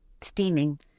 steaming